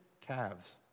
calves